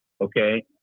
okay